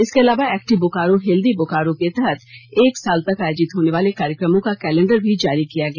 इसके अलावा active Bokaro healthy Bokaro के तहत एक साल तक आयोजित होने वाले कार्यक्रमों का कैलेंडर भी जारी किया गया